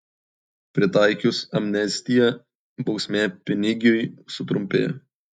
pritaikius amnestiją bausmė pinigiui sutrumpėjo